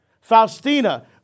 Faustina